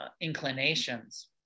inclinations